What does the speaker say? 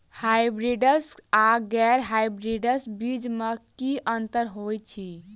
Hybrids आ गैर hybrids बीज म की अंतर होइ अछि?